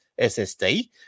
ssd